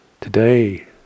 Today